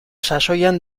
sasoian